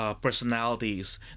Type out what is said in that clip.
personalities